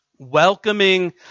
welcoming